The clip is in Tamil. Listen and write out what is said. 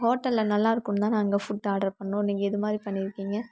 ஹோட்டலில் நல்லா இருக்குன்னு தான் அங்கே ஃபுட் ஆடர் பண்ணோம் நீங்கள் இது மாதிரி பண்ணியிருக்கீங்க